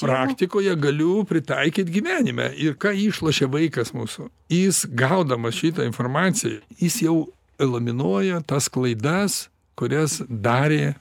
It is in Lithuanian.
praktikoje galiu pritaikyt gyvenime ir ką išlošia vaikas mūsų jis gaudamas šitą informaciją jis jau įlaminuoja tas klaidas kurias darė